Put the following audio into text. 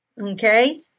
Okay